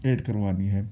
add کروانی ہے